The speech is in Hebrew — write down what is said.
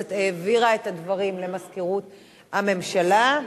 הכנסת העבירה את הדברים למזכירות הממשלה.